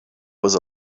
was